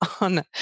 on